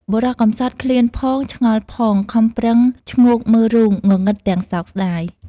បុរសកំសត់ឃ្លានផង ឆ្ងល់ផង ខំប្រឹងឈ្ងោកមើលរូង ងងឹតទាំងសោកស្តាយ ។